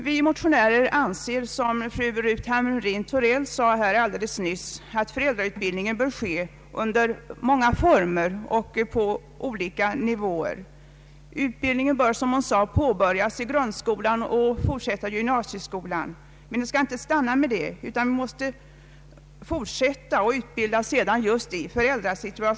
Vi motionärer anser, som fru Hamrin Thorell nyss framhöll, att föräldrautbildning bör bedrivas under många former och på olika nivåer. Utbildningen bör, som fru Hamrin-Thorell sade, påbörjas i grundskolan och fortsätta i gymnasieskolan, men den skall inte stanna med det, utan man måste fortsätta och ge utbildning just i föräldrasituationen.